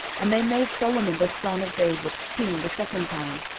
and they made solomon the son of david king the second time,